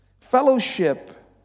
Fellowship